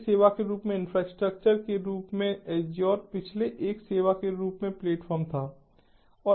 एक सेवा के रूप में इंफ्रास्ट्रक्चर के रूप में एज़्योर पिछले एक सेवा के रूप में प्लेटफ़ॉर्म था